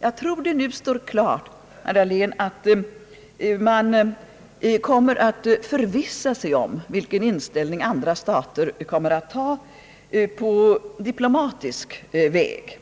Jag tror att det nu står klart att man förvissar sig om vilken inställning andra stater kommer att ha på diplomatisk väg.